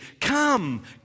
come